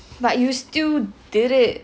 but you still did it